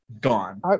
gone